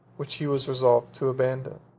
which he was resolved to abandon.